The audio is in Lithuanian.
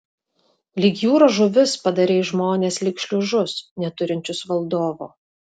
lyg jūros žuvis padarei žmones lyg šliužus neturinčius valdovo